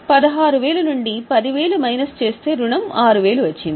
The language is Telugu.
16000 నుండి 10000 మైనస్ చేస్తే రుణం 6000 వచ్చింది